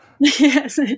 Yes